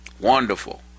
wonderful